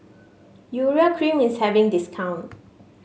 Urea Cream is having discount